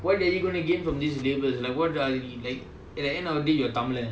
what are you gonna gain from this labels like நம்ம:namma like at the end of the day you're இவன் தமிழன்:ivan tamilan